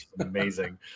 amazing